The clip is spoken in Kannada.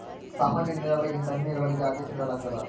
ಸಾಮಾನ್ಯ ನೇರಾವರಿಗಿಂತ ಹನಿ ನೇರಾವರಿಗೆ ಆದ್ಯತೆ ನೇಡಲಾಗ್ತದ